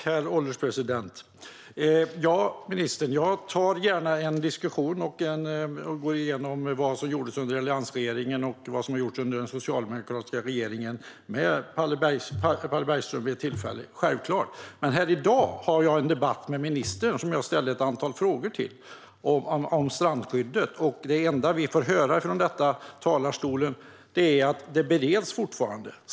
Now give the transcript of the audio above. Herr ålderspresident! Ja, ministern, jag tar gärna en diskussion med Palle Borgström vid tillfälle och går igenom vad som gjordes under alliansregeringen och vad som har gjorts under den socialdemokratiska regeringen, självklart. Men här i dag har jag en debatt med ministern, som jag ställde ett antal frågor till om strandskyddet. Och det enda vi får höra här från talarstolen är att frågan bereds fortfarande.